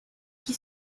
qui